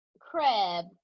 crab